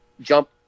jump